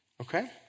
Okay